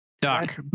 Doc